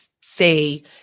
say